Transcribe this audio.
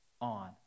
on